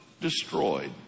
destroyed